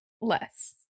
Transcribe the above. less